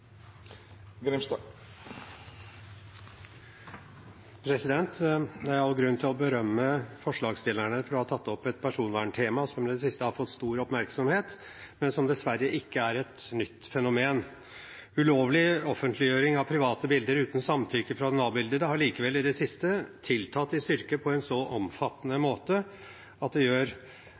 i det siste har fått stor oppmerksomhet, men som dessverre ikke er et nytt fenomen. Ulovlig offentliggjøring av private bilder uten samtykke fra den avbildede har likevel i det siste tiltatt i styrke på en så omfattende måte at det gjør